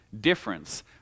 difference